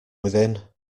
within